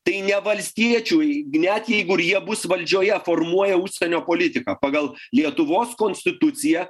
tai ne valstiečiui net jeigu ir jie bus valdžioje formuoja užsienio politiką pagal lietuvos konstitucija